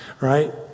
right